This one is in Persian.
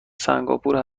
سنگاپور